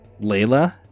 Layla